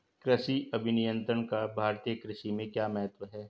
कृषि अभियंत्रण का भारतीय कृषि में क्या महत्व है?